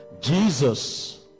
Jesus